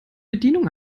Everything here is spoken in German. bedienung